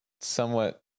somewhat